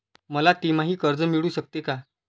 मला तिमाही कर्ज मिळू शकते का?